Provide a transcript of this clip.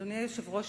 אדוני היושב-ראש,